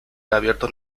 reabierto